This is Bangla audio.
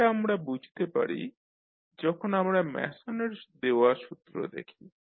এটা আমরা বুঝতে পারি যখন আমরা ম্যাসনের দেওয়া সূত্র দেখি